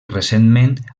recentment